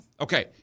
Okay